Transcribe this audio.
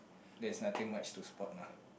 there's nothing much to spot lah